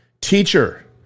teacher